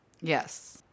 Yes